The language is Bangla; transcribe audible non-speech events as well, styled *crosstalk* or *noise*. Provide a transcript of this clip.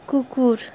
কুকুর *unintelligible*